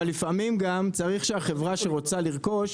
אבל לפעמים גם צריך שהחברה שרוצה לרכוש,